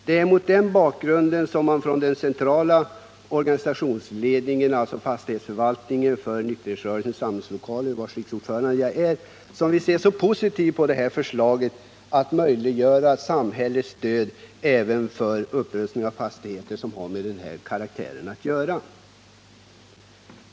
Det är mot den bakgrunden som man från den centrala organisationsledningen — fastighetsförvaltningen för nykterhetsrörelsens samlingslokaler, vars ordförande jag är — ser så positivt på förslaget om möjlighet till samhälleligt stöd även för upprustning av fastigheter som har att göra med verksamhet inom det här området.